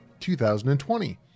2020